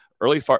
Early